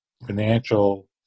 financial